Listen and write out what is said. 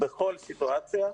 בכל סיטואציה.